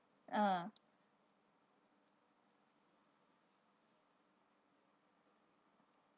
ah